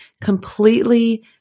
completely